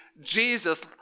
Jesus